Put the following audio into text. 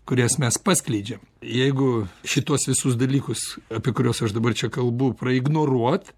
kurias mes paskleidžiam jeigu šituos visus dalykus apie kuriuos aš dabar čia kalbu praignoruot